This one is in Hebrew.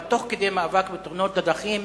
אבל תוך כדי מאבק בתאונות הדרכים